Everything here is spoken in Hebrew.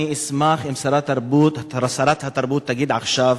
אני אשמח אם שרת התרבות תגיד עכשיו